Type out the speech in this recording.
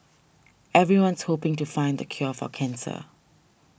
everyone's hoping to find the cure for cancer